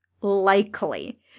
likely